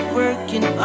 working